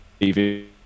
TV